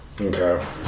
Okay